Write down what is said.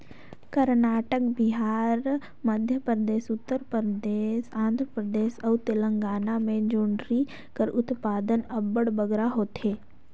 करनाटक, बिहार, मध्यपरदेस, उत्तर परदेस, आंध्र परदेस अउ तेलंगाना में जोंढरी कर उत्पादन अब्बड़ बगरा होथे